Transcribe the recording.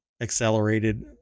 accelerated